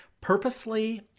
purposely